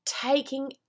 taking